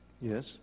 Yes